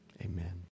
amen